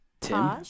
Tim